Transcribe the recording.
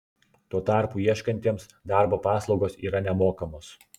tuo tarpu ieškantiems darbo paslaugos yra nemokamos